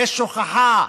יש הוכחה,